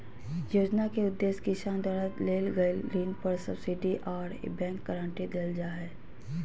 योजना के उदेश्य किसान द्वारा लेल गेल ऋण पर सब्सिडी आर बैंक गारंटी देल जा हई